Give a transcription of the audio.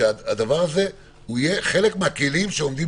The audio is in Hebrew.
שזה יהיה חלק מהכלים שעומדים